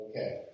Okay